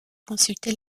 consulter